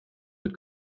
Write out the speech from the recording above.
mit